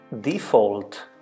default